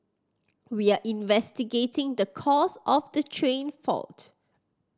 we are investigating the cause of the train fault